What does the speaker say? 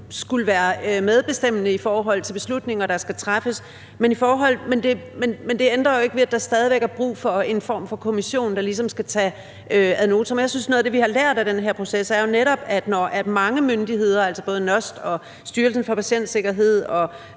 skulle være medbestemmende i forhold til beslutninger, der skal træffes. Men det ændrer jo ikke ved, at der stadig væk er brug for en form for kommission, der ligesom skal tage det ad notam. Jeg synes, at noget af det, vi har lært af den her proces, jo netop er, at mange myndigheder, altså både NOST, Styrelsen for Patientsikkerhed og